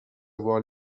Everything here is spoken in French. avoir